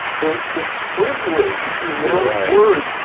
but the privileged, in your own words,